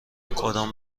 کدام